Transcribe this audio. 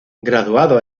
graduado